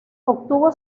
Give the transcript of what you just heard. obtuvo